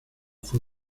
fue